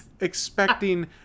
Expecting